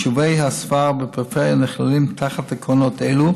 יישובי הספר בפריפריה נכללים תחת תקנות אלו,